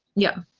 yeah,